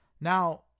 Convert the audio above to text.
Now